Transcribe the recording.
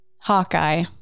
Hawkeye